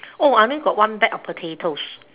oh I only got one bag of potatoes